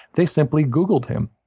they simply googled him.